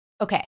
Okay